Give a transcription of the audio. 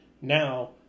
Now